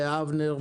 באבנר,